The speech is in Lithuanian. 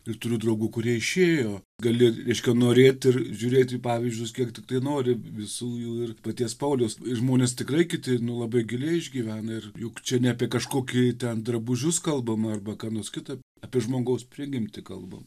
ir turiu draugų kurie išėjo gali reiškia norėti ir žiūrėt į pavyzdžius kiek tiktai nori visų jų ir paties pauliaus žmonės tikrai kiti nu labai giliai išgyvena ir juk čia ne apie kažkokį ten drabužius kalbama arba ką nors kita apie žmogaus prigimtį kalbam